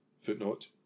Footnote